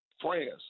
France